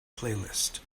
playlist